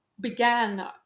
began